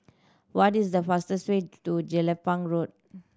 what is the fastest way to Jelapang Road